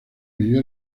vivió